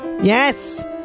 Yes